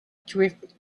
drift